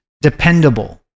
dependable